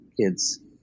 kids